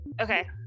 Okay